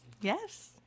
yes